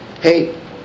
hey